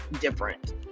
different